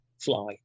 fly